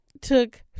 took